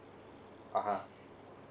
(uh huh)